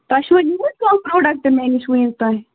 تۅہہِ چھُوا نیٛوٗمُت کانٛہہ پرٛوڈکٹ مےٚ نِش ونیُکتام